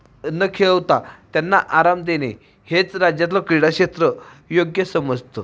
न खेळवता त्यांना आराम देणे हेच राज्यातलं क्रीडाक्षेत्र योग्य समजतं